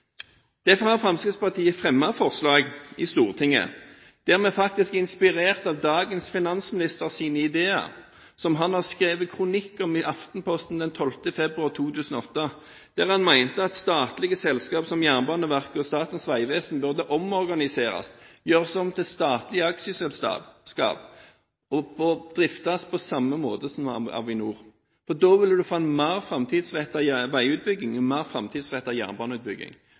Derfor har Fremskrittspartiet fremmet forslag i Stortinget, der vi faktisk er inspirert av dagens finansministers ideer som han har skrevet kronikk om i Aftenposten den 12. februar 2008, der han mente at statlige selskap som Jernbaneverket og Statens vegvesen burde omorganiseres, gjøres om til statlig aksjeselskap og driftes på samme måte som Avinor. Da ville du få en mer framtidsrettet veiutbygging, en mer framtidsrettet jernbaneutbygging.